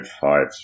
five